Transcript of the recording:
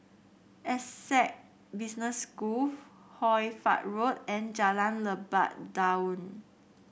Essec Business School Hoy Fatt Road and Jalan Lebat Daun